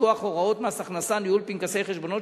מכוח הוראות מס הכנסה (ניהול פנקסי חשבונות)